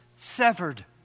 Severed